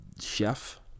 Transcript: chef